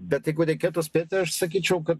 bet jeigu reikėtų spėti aš sakyčiau kad